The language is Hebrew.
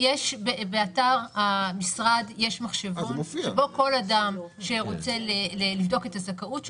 באתר המשרד יש מחשבון שבו כל אדם שרוצה לבדוק את הזכאות שלו,